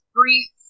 brief